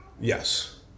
yes